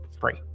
free